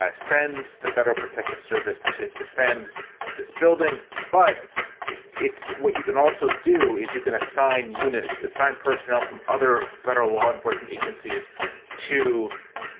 ah sends the federal protective service to defend this building. but it's what you can also do is you can assign unit assigned personnel from other federal law enforcement agencies to